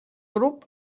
grup